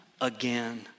again